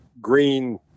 green